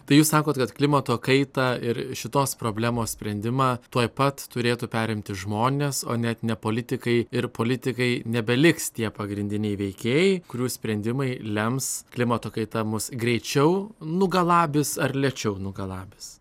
tai jūs sakot kad klimato kaitą ir šitos problemos sprendimą tuoj pat turėtų perimti žmonės o net ne politikai ir politikai nebeliks tie pagrindiniai veikėjai kurių sprendimai lems klimato kaita mus greičiau nugalabys ar lėčiau nugalabys